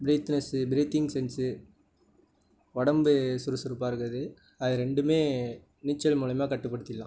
பிரீத்னெஸ்ஸு breathing sense உடம்பு சுறுசுறுப்பாக இருக்கிறது அது ரெண்டுமே நீச்சல் மூலியமாக கட்டுப்படுத்திடலாம்